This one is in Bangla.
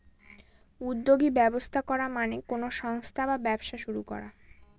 উদ্যোগী ব্যবস্থা করা মানে কোনো সংস্থা বা ব্যবসা শুরু করা